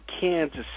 Kansas